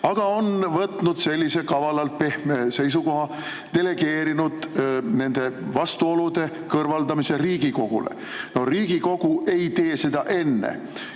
on ta võtnud kavalalt pehme seisukoha, delegeerinud vastuolude kõrvaldamise Riigikogule. No Riigikogu ei tee seda enne,